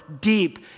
deep